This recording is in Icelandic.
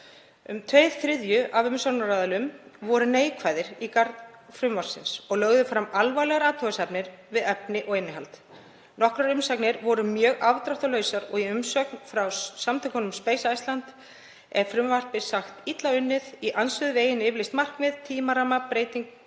Um tveir þriðju af umsagnaraðilum voru neikvæðir í garð frumvarpsins og lögðu fram alvarlegar athugasemdir við efni og innihald. Nokkrar umsagnir voru mjög afdráttarlausar og í umsögn frá samtökunum Space Iceland er frumvarpið sagt illa unnið, í andstöðu við eigin yfirlýst markmið, tímarammi breytinga